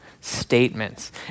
statements